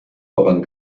voran